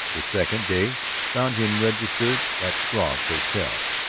the second day found him registered at struve's hotel.